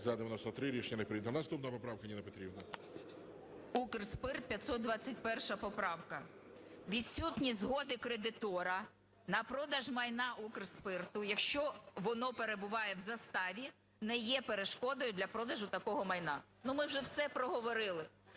За-93 Рішення не прийнято. Наступна поправка, Ніна Петрівна. 13:50:14 ЮЖАНІНА Н.П. Укрспирт, 521 поправка. Відсутність згоди кредитора на продаж майна Укрспирту, якщо воно перебуває в заставі, не є перешкодою для продажу такого майна. Ну ми вже все проговорили,